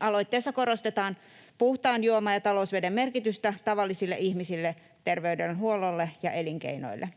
Aloitteessa korostetaan puhtaan juoman ja talousveden merkitystä tavallisille ihmisille, terveydenhuollolle ja elinkeinoille.